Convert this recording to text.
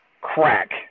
crack